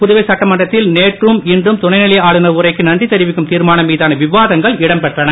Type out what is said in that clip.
புதுவை சட்டமன்றத்தில் நேற்றும் இன்றும் துணைநிலை ஆளுநர் உரைக்கு நன்றி தெரிவிக்கும் திர்மானம் மீதான விவாதங்கள் இடம்பெற்றன